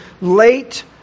late